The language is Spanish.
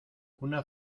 una